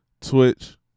Twitch